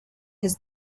his